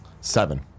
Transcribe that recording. Seven